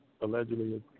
allegedly